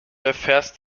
erfährst